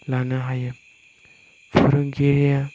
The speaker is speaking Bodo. लानो हायो फोरोंगिरिया